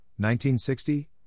1960